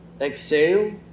exhale